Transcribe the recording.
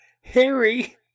Harry